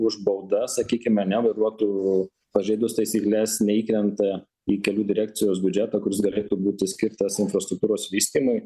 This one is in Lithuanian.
už baudas sakykime nevairuotų pažeidus taisykles neįkrenta į kelių direkcijos biudžetą kuris galėtų būti skirtas infrastruktūros vystymui